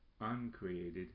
uncreated